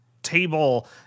table